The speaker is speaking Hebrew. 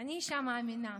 אני אישה מאמינה,